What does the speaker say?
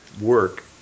work